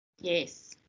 Yes